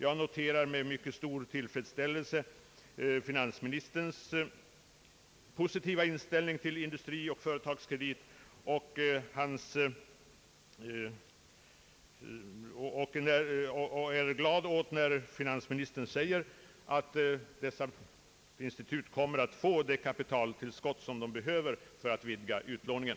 Jag noterar med stor tillfredsställelse finansministerns positiva inställning till Industrikredit och Företagskredit, och jag är glad över finansministerns uttalande att dessa institut kommer att få det kapitaltillskott som de behöver för att kunna vidga utlåningen.